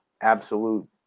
absolute